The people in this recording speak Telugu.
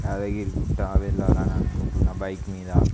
యాదగిరి గుట్ట వెళ్ళాలని అనుకుంటున్నా బైక్ మీద